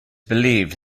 believed